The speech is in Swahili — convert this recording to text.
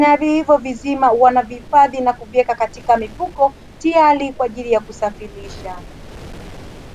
na vilivyo vizima wanavihifadhi na kuviweka katika mifuko tayari kwa ajili ya kusafirisha.